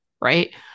right